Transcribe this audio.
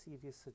serious